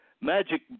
magic